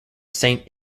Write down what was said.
saint